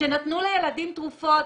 שנתנו לילדים תרופות,